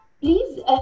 please